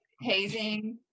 hazing